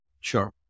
Sure